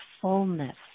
fullness